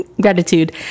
gratitude